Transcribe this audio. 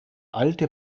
alte